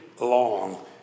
long